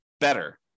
better